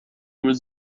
was